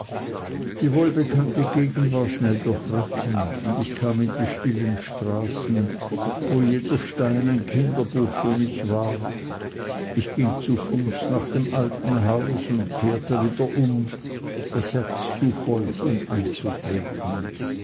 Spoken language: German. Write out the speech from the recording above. die wohlbekannte gegend war schnell durchritten und ich kam in die stillen straßen wo jeder stein ein kinderbuch für mich war ich ging zu fuß nach dem alten hause und kehrte wieder um das herz zu voll um einzutreten